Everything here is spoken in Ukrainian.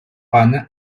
пане